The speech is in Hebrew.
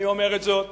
אני אומר את זאת